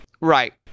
Right